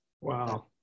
Wow